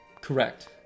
Correct